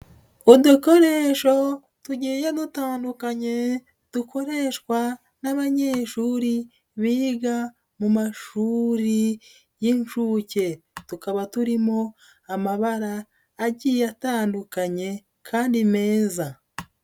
Udukoresho tugiye dutandukanye dukoreshwa n'abanyeshuri biga mu mashuri y'inshuke. Tukaba turimo amabara agiye atandukanye, kandi meza.